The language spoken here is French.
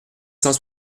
cent